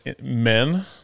men